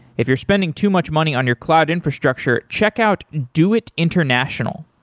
if you're spending too much money on your cloud infrastructure, check out doit international.